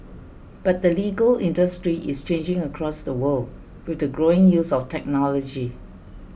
but the legal industry is changing across the world with the growing use of technology